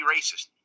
racist